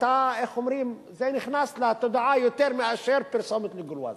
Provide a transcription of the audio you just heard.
זה נכנס לתודעה יותר מאשר פרסומת ל"גולואז",